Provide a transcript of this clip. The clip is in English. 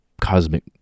cosmic